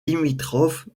limitrophe